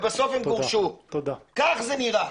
ובסוף הם גורשו, כך זה נראה.